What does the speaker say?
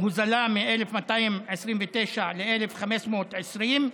הוזלה ל-1,229 מ-1,520,